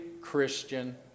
Christian